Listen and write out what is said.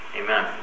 amen